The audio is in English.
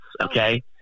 okay